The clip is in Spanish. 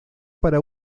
para